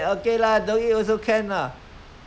once you start give them these are green light